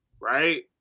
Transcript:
Right